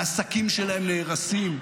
העסקים שלהם נהרסים,